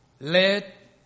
Let